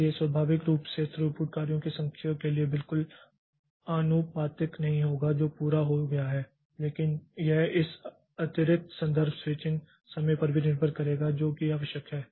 इसलिए स्वाभाविक रूप से थ्रूपुट कार्यों की संख्या के लिए बिल्कुल आनुपातिक नहीं होगा जो पूरा हो गया है लेकिन यह इस अतिरिक्त संदर्भ स्विचिंग समय पर भी निर्भर करेगा जो कि आवश्यक है